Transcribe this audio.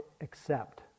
accept